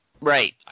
Right